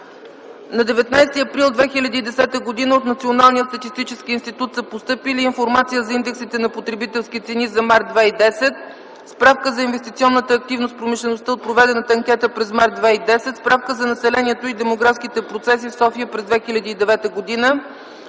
На 19 април 2010 г. от Националния статистически институт са постъпили Информация за индексите на потребителските цени за м. март 2010 г., Справка за инвестиционната активност в промишлеността от проведената анкета през м. март 2010 г., Справка за населението и демографските процеси в София през 2009 г.